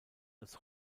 als